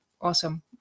awesome